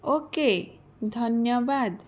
okay ଧନ୍ୟବାଦ